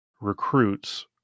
recruits